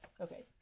Okay